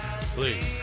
please